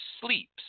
sleeps